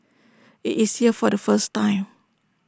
IT is here for the first time